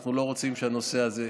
ואנחנו לא רוצים שהנושא הזה,